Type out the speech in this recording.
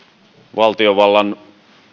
valtiovallan